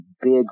big